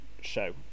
show